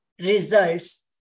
results